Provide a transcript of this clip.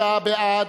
35 בעד,